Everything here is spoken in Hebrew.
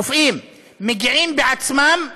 רופאים מגיעים בעצמם,